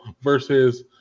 versus